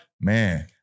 man